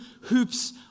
hoops